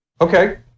okay